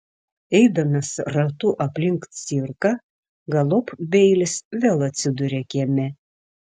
eidamas ratu aplink cirką galop beilis vėl atsiduria kieme